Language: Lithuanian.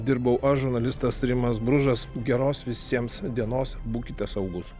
dirbau aš žurnalistas rimas bružas geros visiems dienos būkite saugūs